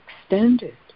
extended